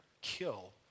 kill